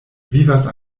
vivas